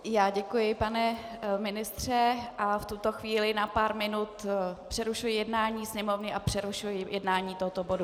Já děkuji, pane ministře, a v tuto chvíli na pár minut přerušuji jednání Sněmovny a přerušuji jednání tohoto bodu.